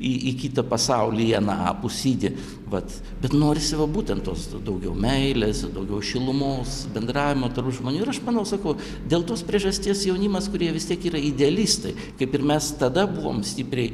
į į kitą pasaulį į anapusytį vat bet norisi va būtent tos daugiau meilės ir daugiau šilumos bendravimo tarp žmonių ir aš manau sakau dėl tos priežasties jaunimas kurie vis tiek yra idealistai kaip ir mes tada buvom stipriai